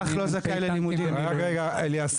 ברק אבוטבול,